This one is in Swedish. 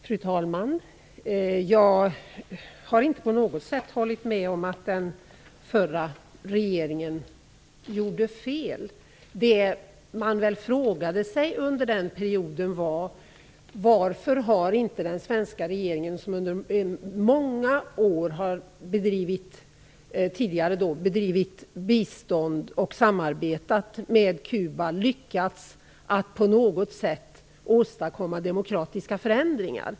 Fru talman! Jag har inte på något sätt antytt att jag håller med om att den förra regeringen gjorde fel. Det man frågade sig under den perioden var varför den svenska regeringen, som tidigare under många hade bedrivit biståndsarbete och samarbete med Kuba, inte lyckades med att på något sätt åstadkomma demokratiska förändringar.